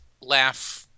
laugh